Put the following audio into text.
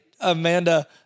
Amanda